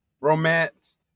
romance